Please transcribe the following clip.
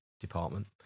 department